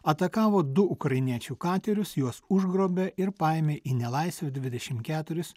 atakavo du ukrainiečių katerius juos užgrobė ir paėmė į nelaisvę dvidešim keturis